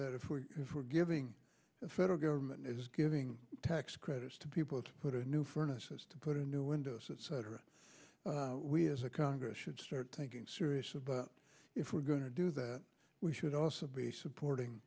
that if we were giving the federal government is giving tax credits to people to put a new furnace has to put a new windows etc we as a congress should start thinking seriously about if we're going to do that we should also be supporting